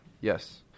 Yes